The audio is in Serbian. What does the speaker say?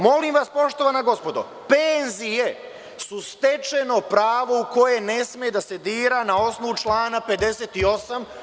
Molim vas, poštovana gospodo, penzije su stečeno pravo u koje ne sme da se dira na osnovu člana 58.